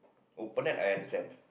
open net I understand